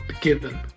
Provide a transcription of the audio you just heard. given